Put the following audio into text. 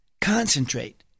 concentrate